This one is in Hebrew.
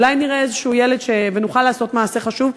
אולי נראה איזשהו ילד ונוכל לעשות מעשה חשוב.